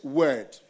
word